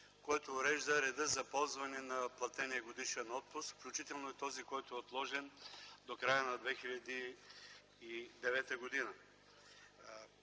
който урежда реда за ползване на платения годишен отпуск, включително и този, който е отложен до края на 2009 г.